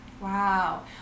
Wow